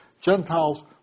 Gentiles